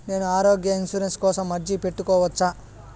నేను ఆరోగ్య ఇన్సూరెన్సు కోసం అర్జీ పెట్టుకోవచ్చా?